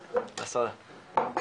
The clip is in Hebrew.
הצעיר.